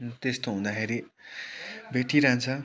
त्यस्तो हुँदाखेरि भेटिरहन्छ